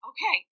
Okay